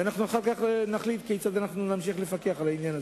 ואנחנו אחר כך נחליט כיצד אנחנו נמשיך לפקח על העניין הזה.